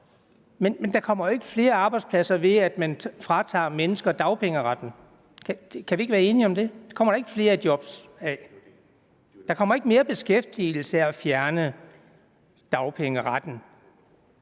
Men der kommer ikke flere arbejdspladser, ved at man fratager mennesker dagpengeretten, kan vi ikke være enige om det? Det kommer der ikke flere job af. Der kommer ikke mere beskæftigelse, ved at man fjerner dagpengeretten.